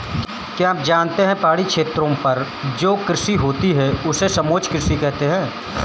क्या आप जानते है पहाड़ी क्षेत्रों पर जो कृषि होती है उसे समोच्च कृषि कहते है?